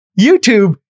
YouTube